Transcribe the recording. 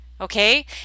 Okay